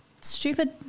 stupid